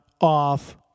Off